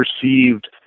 perceived